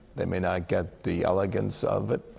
they may not get the elegance of it.